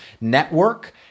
network